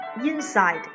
inside